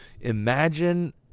imagine